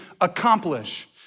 accomplish